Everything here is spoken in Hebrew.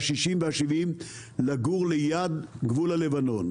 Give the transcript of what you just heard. ה-60 וה-70 לגור ליד גבול הלבנון.